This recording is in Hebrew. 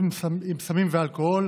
(מימוש חלק מהפיקדון לכל מטרה),